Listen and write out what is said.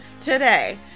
today